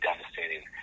devastating